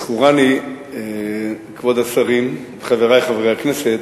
שזכורני, כבוד השרים, חברי חברי הכנסת,